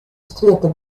strjitte